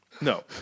no